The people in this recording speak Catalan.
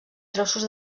trossos